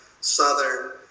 southern